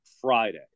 Friday